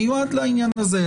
מיועד לעניין הזה.